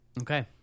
Okay